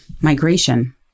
migration